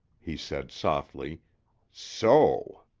he said softly so!